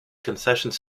concessions